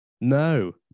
no